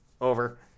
over